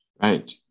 Right